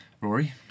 Rory